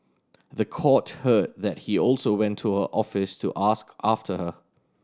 the court heard that he also went to her office to ask after her